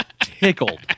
tickled